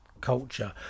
culture